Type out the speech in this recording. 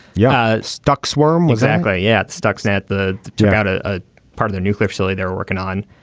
yeah stuck squirm exactly yet stuxnet the due out a ah part of their nuclear facility they were working on